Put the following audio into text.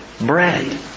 bread